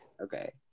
Okay